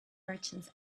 merchants